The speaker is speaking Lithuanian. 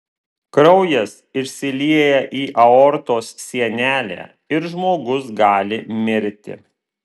kraujas išsilieja į aortos sienelę ir žmogus gali mirti